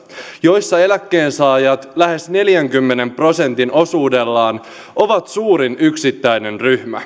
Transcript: joissa eläkkeensaajat lähes neljänkymmenen prosentin osuudellaan ovat suurin yksittäinen ryhmä